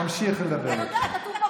תמשיך לדבר, בבקשה.